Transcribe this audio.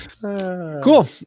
cool